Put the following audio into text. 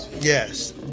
Yes